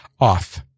off